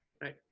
Right